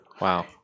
Wow